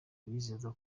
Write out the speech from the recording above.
bizeraga